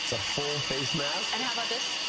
a full face mask. and how about this.